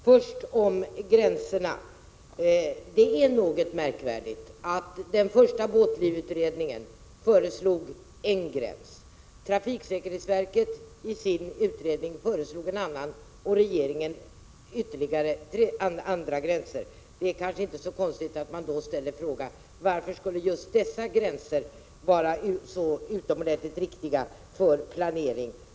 Herr talman! Först om gränserna. Det är något märkligt att den första båtlivsutredningen föreslog en gräns, trafiksäkerhetsverket i sin utredning en annan, och regeringen ytterligare andra gränser. Då är det kanske inte så konstigt att man ställer frågan: Varför skulle just dessa gränser vara så utomordentligt riktiga för planeringen?